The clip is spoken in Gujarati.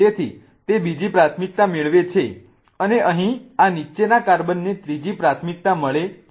તેથી તે બીજી પ્રાથમિકતા મેળવે છે અને અહીં આ નીચેના કાર્બનને ત્રીજી પ્રાથમિકતા મળે છે